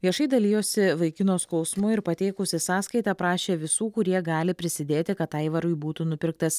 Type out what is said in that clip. viešai dalijosi vaikino skausmu ir pateikusi sąskaitą prašė visų kurie gali prisidėti kad aivarui būtų nupirktas